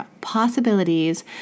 possibilities